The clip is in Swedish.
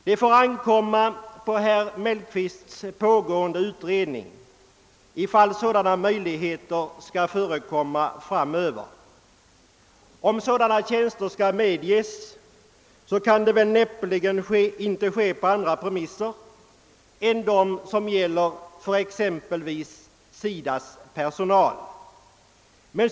Det får ankomma på herr Mellqvists pågående utredning, om sådana möjligheter skall föreligga framöver. Om sådana insatser skall medges kan det näppeligen ske på andra premisser än de som gäller för exempelvis SIDA:s personal.